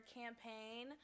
campaign